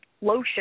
lotion